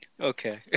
okay